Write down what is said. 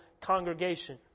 congregation